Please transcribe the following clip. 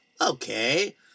okay